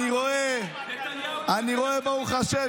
אתה הורס כל חלקה טובה, עבריין צעצוע.